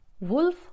wolf